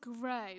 grow